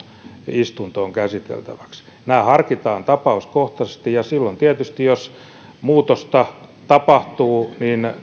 istuntoon käsiteltäväksi nämä harkitaan tapauskohtaisesti ja tietysti silloin jos muutosta tapahtuu